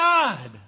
God